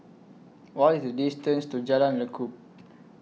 What IS The distance to Jalan Lekub